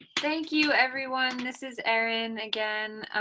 thank you everyone, this is erin again.